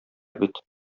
бит